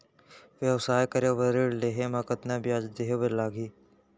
व्यवसाय करे बर ऋण लेहे म कतना ब्याज देहे बर लागही?